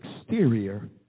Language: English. exterior